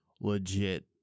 legit